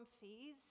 fees